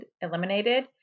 eliminated